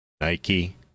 Nike